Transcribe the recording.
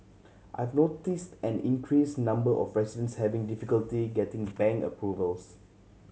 I've noticed an increase number of residents having difficulty getting bank approvals